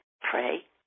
pray